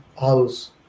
house